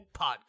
podcast